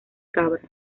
cabras